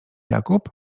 jakub